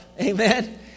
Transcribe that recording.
Amen